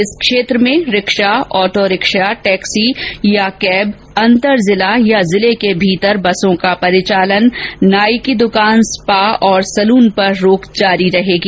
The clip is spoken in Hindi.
इस क्षेत्र में रिक्शा ऑटा रिक्शा टैक्सी या कैब अंतर जिला या जिले के भीतर बसों का परिचालन नाई की दुकान स्पा और सैलून पर रोक रहेगी